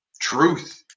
truth